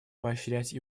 поощрять